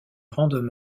rendent